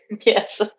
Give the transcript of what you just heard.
Yes